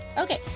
Okay